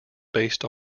based